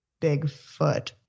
Bigfoot